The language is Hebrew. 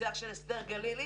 הרוצח של אסתר גלילי